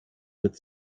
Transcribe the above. mit